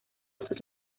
sus